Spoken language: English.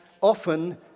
often